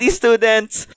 students